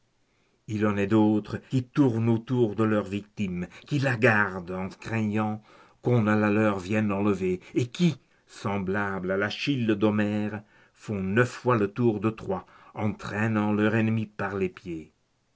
il en est d'autres qui tournent autour de leur victime qui la gardent en craignant qu'on ne la leur vienne enlever et qui semblables à l'achille d'homère font neuf fois le tour de troie en traînant leur ennemi par les